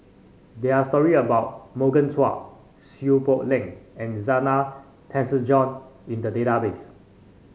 there are story about Morgan Chua Seow Poh Leng and Zena Tessensohn in the database